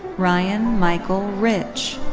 ryan michael rich.